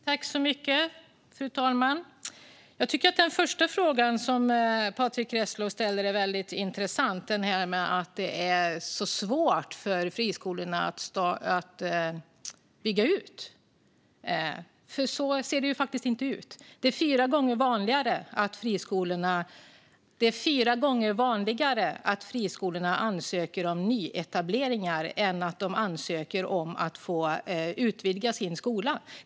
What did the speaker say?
Fru talman! Jag tycker att den första frågan som Patrick Reslow ställde var intressant - den om att det är så svårt för friskolorna att bygga ut. Så ser det faktiskt inte ut. Det är fyra gånger vanligare att friskolorna ansöker om nyetableringar än att de ansöker om att få utvidga sin skola.